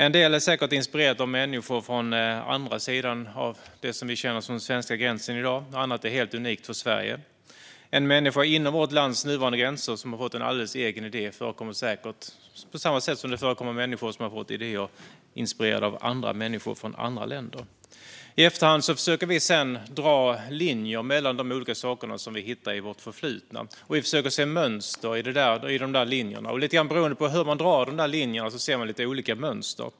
En del är säkert inspirerat av människor från andra sidan det som vi i dag känner som den svenska gränsen. Annat är helt unikt för Sverige. En människa inom vårt lands nuvarande gränser som har fått en alldeles egen idé förekommer säkert, på samma sätt som det förekommer människor som har fått idéer som inspirerats av andra människor från andra länder. I efterhand försöker vi dra linjer mellan de olika saker som vi hittar i det förflutna. Vi försöker se mönster i dessa linjer. Lite beroende på hur man drar dessa linjer ser man olika mönster.